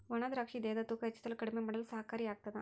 ಒಣ ದ್ರಾಕ್ಷಿ ದೇಹದ ತೂಕ ಹೆಚ್ಚಿಸಲು ಕಡಿಮೆ ಮಾಡಲು ಸಹಕಾರಿ ಆಗ್ತಾದ